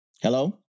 Hello